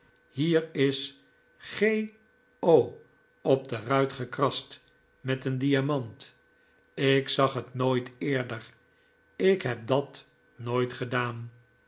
hier is g o op de ruit gekrast met een diamant ik zag dat nooit eerder ik heb dat nooit gedaan